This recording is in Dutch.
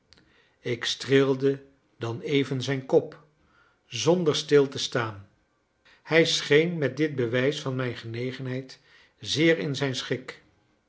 ik streelde dan even zijn kop zonder stil te staan hij scheen met dit bewijs van mijn genegenheid zeer in zijn schik